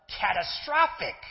catastrophic